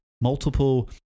multiple